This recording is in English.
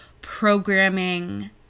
programming